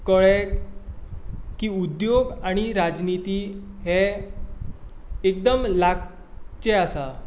कळ्ळें की उद्द्योक आनी राजनिती हे एकदम लागचें आसा